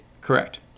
Correct